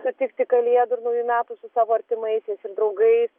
sutikti kalėdų ir naujų metų su savo artimaisiais ir draugais